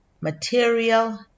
material